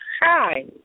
Hi